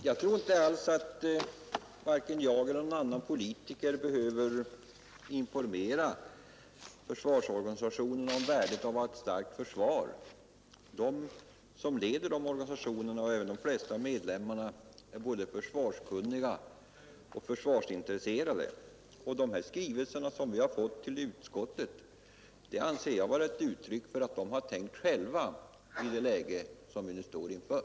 Herr talman! Jag tror inte alls att vare sig jag eller någon annan politiker behöver informera försvarsorganisationerna om värdet av att ha ett starkt försvar. De som leder dessa organisationer och även medlemmarna är både försvarskunniga och försvarsintresserade. De skrivelser som vi har fått till utskottet anser jag vara ett uttryck för att de tänkt själva i det läge som vi står inför.